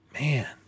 Man